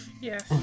Yes